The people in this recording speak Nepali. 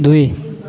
दुई